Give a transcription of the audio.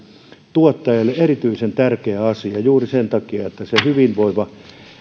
tuottajalle erityisen tärkeä asia juuri sen takia että hyvinvoiva